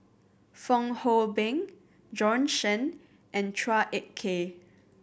Fong Hoe Beng Bjorn Shen and Chua Ek Kay